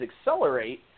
accelerate